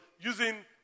using